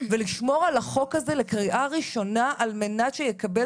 ולשמור על החוק הזה לקריאה ראשונה על מנת שיקבל